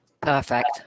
Perfect